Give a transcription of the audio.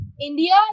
india